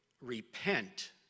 repent